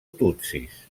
tutsis